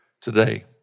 today